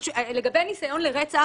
לגבי ניסיון לרצח,